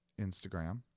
Instagram